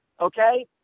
okay